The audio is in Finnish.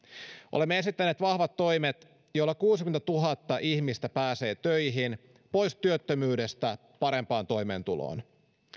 olemme esittäneet vahvat toimet joilla kuusikymmentätuhatta ihmistä pääsee töihin pois työttömyydestä parempaan toimeentuloon